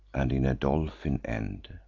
and in a dolphin end.